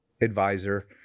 advisor